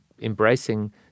embracing